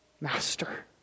master